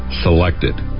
selected